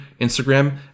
Instagram